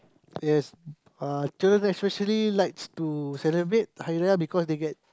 yes uh children especially likes to celebrate Hari-Raya because they get